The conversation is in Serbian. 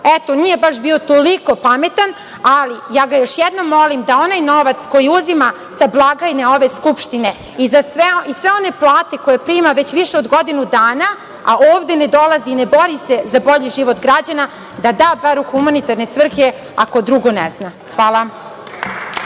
Eto, nije baš bio toliko pametan, ali ga još jednom molim da onaj novac koji uzima sa blagajne ove Skupštine i sve one plate koje prima već više od godinu dana, a ovde ne dolazi i ne bori se za bolji život građana, da u humanitarne svrhe, ako drugo ne zna. Hvala.